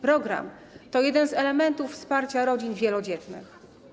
Program to jeden z elementów wsparcia rodzin wielodzietnych.